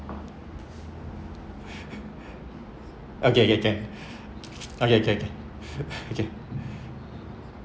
okay k k okay k k okay